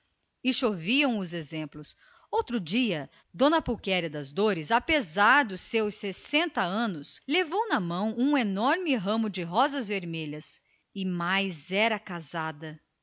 e choviam exemplos de parte a parte outro dia d pulquéria das dores apesar dos seus sessenta anos levou na mão um enorme ramo de rosas vermelhas e demais era casada